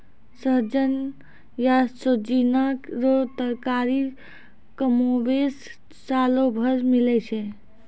सहजन या सोजीना रो तरकारी कमोबेश सालो भर मिलै छै